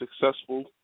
successful